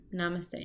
Namaste